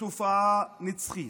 "תופעה נצחית".